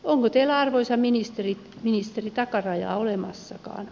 onko teillä arvoisa ministeri takarajaa olemassakaan